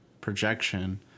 projection